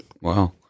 wow